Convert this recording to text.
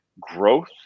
growth